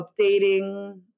updating